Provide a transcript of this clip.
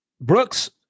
Brooks